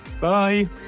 Bye